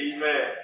Amen